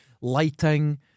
lighting